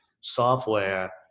software